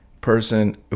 person